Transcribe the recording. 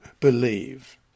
believe